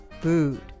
food